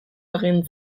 egin